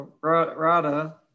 Rada